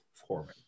performing